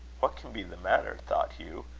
what can be the matter? thought hugh.